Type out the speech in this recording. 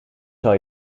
zal